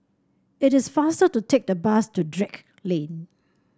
it is faster to take the bus to Drake Lane